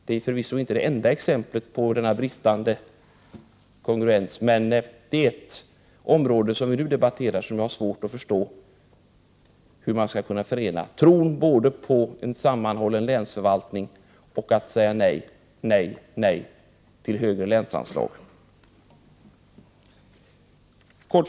Det är förvisso inte det enda exemplet på bristande kongruens, men det är ett område som vi nu debatterar och som jag har svårt att förstå. Hur kan man tro på en sammanhållen länsförvaltning samtidigt som man säger nej och åter nej till högre länsanslag?